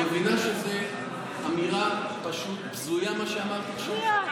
את מבינה שזו אמירה פשוט בזויה, מה שאמרת עכשיו?